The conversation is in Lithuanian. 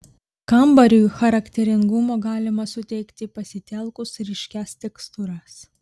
kambariui charakteringumo galima suteikti pasitelkus ryškias tekstūras